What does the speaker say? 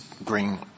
bring